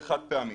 זה חד-פעמי.